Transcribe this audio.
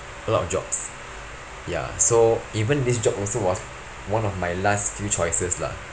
a lot of jobs ya so even this job also ah one of my last few choices lah